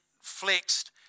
flexed